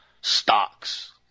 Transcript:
stocks